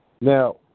Now